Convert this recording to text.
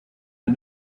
but